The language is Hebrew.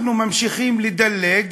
אנחנו ממשיכים לדלג